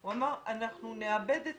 הוא אמר: אנחנו נאבד את